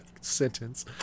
sentence